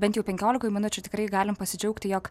bent jau penkiolikoj minučių tikrai galim pasidžiaugti jog